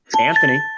Anthony